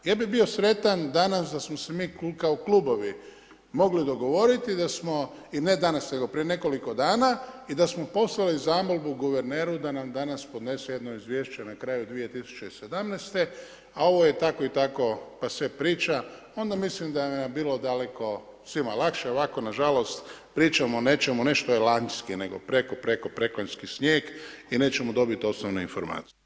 Ja bih bio sretan danas da smo se mi kao klubovi mogli dogovoriti, da smo, ne danas, nego prije nekoliko dana i da smo poslali zamolbu guverneru da nam danas podnese jedno izvješće na kraju 2017. a ovo je tako i tako pa sve priča, onda mislim da bi nam bilo daleko svima lakše, ovako nažalost pričamo o nečemu, ne što je lanjski, nego preko preko preklanjski snijeg i nećemo dobiti osnovne informacije.